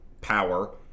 power